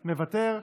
מוותר.